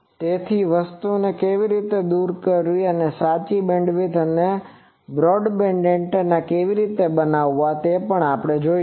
તેથી તે વસ્તુને કેવી રીતે દૂર કરવી અને સાચી વાઇડબેન્ડ અને બ્રોડબેન્ડ એન્ટેના કેવી રીતે બનાવવી તે આપણે જોશું